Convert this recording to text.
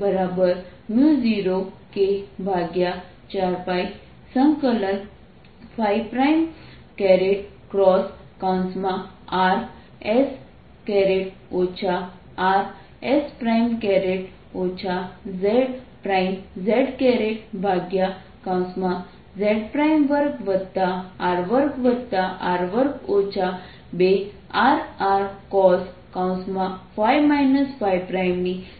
તેથી હું Bz0sϕ 0k4πrs Rs zzz2R2r2 2Rrcosϕ